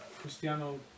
Cristiano